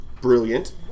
Brilliant